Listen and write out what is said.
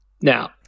Now